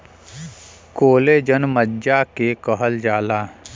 collagen मज्जा के कहल जाला